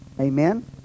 Amen